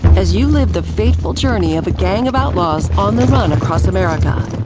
as you live the fateful journey of a gang of outlaws on the run across america.